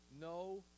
No